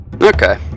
okay